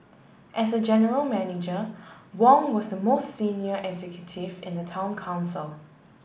as general manager Wong was the most senior executive in the Town Council